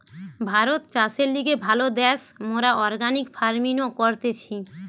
ভারত চাষের লিগে ভালো দ্যাশ, মোরা অর্গানিক ফার্মিনো করতেছি